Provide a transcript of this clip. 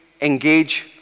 engage